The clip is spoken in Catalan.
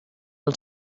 del